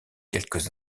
quelques